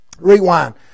Rewind